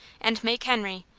and make henry,